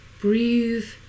Breathe